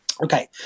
Okay